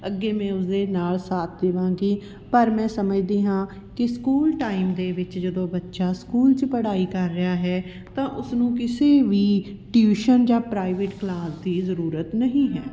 ਅੱਗੇ ਮੈਂ ਉਸ ਦੇ ਨਾਲ ਸਾਥ ਦੇਵਾਂਗੀ ਪਰ ਮੈਂ ਸਮਝਦੀ ਹਾਂ ਕਿ ਸਕੂਲ ਟਾਈਮ ਦੇ ਵਿੱਚ ਜਦੋਂ ਬੱਚਾ ਸਕੂਲ 'ਚ ਪੜ੍ਹਾਈ ਕਰ ਰਿਹਾ ਹੈ ਤਾਂ ਉਸ ਨੂੰ ਕਿਸੇ ਵੀ ਟਿਊਸ਼ਨ ਜਾਂ ਪ੍ਰਾਈਵੇਟ ਕਲਾਸ ਦੀ ਜ਼ਰੂਰਤ ਨਹੀਂ ਹੈ